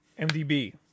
MDB